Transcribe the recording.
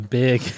big